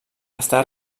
està